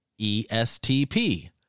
ESTP